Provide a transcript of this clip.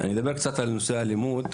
אני אדבר קצת על נושא האלימות.